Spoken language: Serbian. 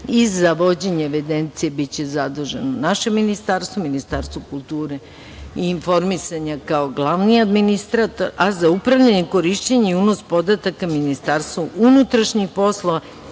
i za vođenje evidencije biće zadužen naše Ministarstvo, Ministarstvo kulture i informisanja, kao glavni administrator, a za upravljanje i korišćenje i unos podataka, Ministarstvo unutrašnjih poslova